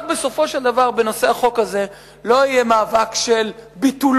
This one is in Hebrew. בסופו של דבר המאבק בנושא החוק הזה לא יהיה מאבק של ביטולו.